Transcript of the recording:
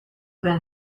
been